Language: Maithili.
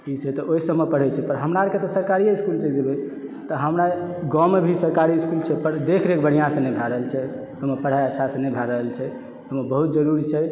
तऽ ओहि सभ मे पढ़ै छै हमरा आर के तऽ सरकारिये इसकुल जेबै तऽ हमरा गावमे भी सरकारी इसकुल छै पर देख रेख बढ़िऑंसँ नहि भए रहल छै ओहिमे पढाइ अच्छासँ नहि भए रहल छै ओहिमे बहुत जरूरी छै